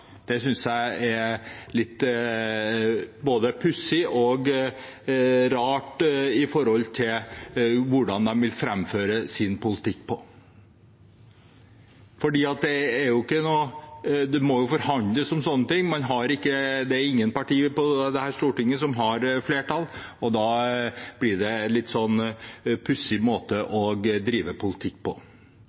synes jeg er litt både pussig og rart – måten de vil framføre sin politikk på. Det må jo forhandles om sånne ting, det er ingen partier i dette stortinget som har flertall, og da blir det en litt pussig måte å drive politikk på.